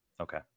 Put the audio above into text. Okay